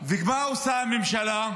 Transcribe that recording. ומה עושה הממשלה?